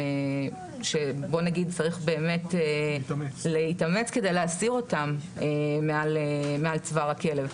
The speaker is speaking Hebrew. שצריך באמת להתאמץ כדי להסיר אותם מעל צוואר הכלב.